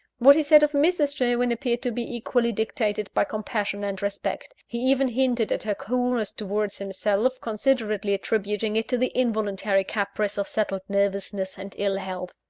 what he said of mrs. sherwin appeared to be equally dictated by compassion and respect he even hinted at her coolness towards himself, considerately attributing it to the involuntary caprice of settled nervousness and ill-health.